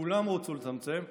כולם רצו לצמצם.